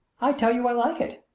i tell you i like it.